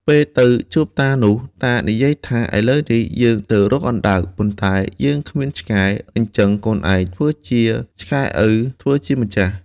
ពេលទៅជួបតានោះ តានិយាយថា "ឥឡូវនេះយើងទៅរកអណ្ដើក ប៉ុន្តែយើងគ្មានឆ្កែ អ៊ីចឹងកូនឯងធ្វើជាឆ្កែឪធ្វើជាម្ចាស់"។